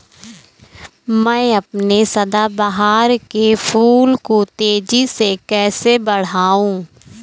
मैं अपने सदाबहार के फूल को तेजी से कैसे बढाऊं?